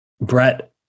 Brett